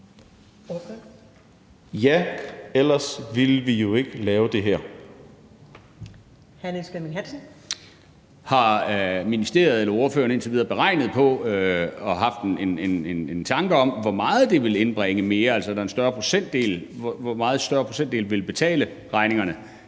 Niels Flemming Hansen (KF): Har ministeriet eller ordføreren indtil videre regnet på det og haft en tanke om, hvor meget mere det vil indbringe, altså hvor meget større en procentdel der vil betale regningerne,